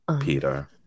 Peter